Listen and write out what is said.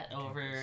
over